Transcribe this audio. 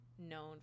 known